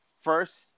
first